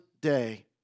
day